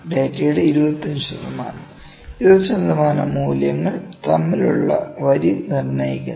ഡാറ്റയുടെ 25 ശതമാനം 25 ശതമാനം മൂല്യങ്ങൾ തമ്മിലുള്ള വരി നിർണ്ണയിക്കുന്നു